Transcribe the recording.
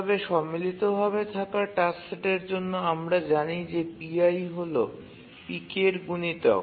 তবে সম্মিলিত ভাবে থাকা টাস্ক সেটের জন্য আমরা জানি যে pi হল pk এর গুনিতক